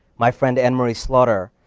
my friend anne-marie slaughter,